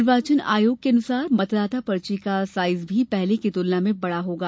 निर्वाचन आयोग के अनुसार मतदाता पर्ची का साइज भी पहले की तुलना में बड़ा होगा